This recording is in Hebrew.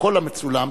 בפרוטוקול המצולם,